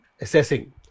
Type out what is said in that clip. assessing